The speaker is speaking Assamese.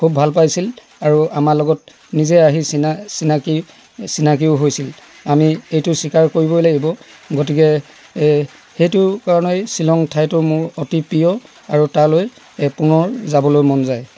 খুব ভাল পাইছিল আৰু আমাৰ লগত নিজে আহি চিনা চিনাকী চিনাকীও হৈছিল আমি এইটো স্বীকাৰ কৰিবই লাগিব গতিকে সেইটো কাৰণেই ছিলং ঠাইটো মোৰ অতি প্ৰিয় আৰু তালৈ পুনৰ যাবলৈ মন যায়